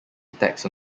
attacks